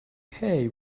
hay